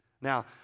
Now